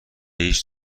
هیچ